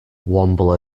womble